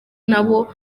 nabo